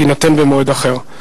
במועד אחר.